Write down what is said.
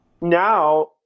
now